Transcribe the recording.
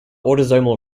autosomal